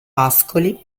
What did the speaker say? pascoli